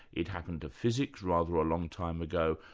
it happened to physics rather a long time ago,